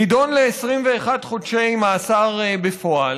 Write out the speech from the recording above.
נידון ל-21 חודשי מאסר בפועל,